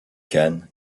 khan